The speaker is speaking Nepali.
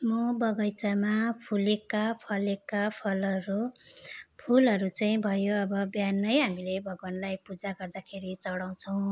म बगैँचामा फुलेका फलेका फलहरू फुलहरू चाहिँ भयो अब बिहानै हामीले भगवान्लाई पूजा गर्दाखेरि चढाउँछौँ